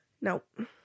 Nope